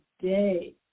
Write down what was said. today